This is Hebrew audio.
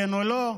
כן או לא,